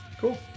cool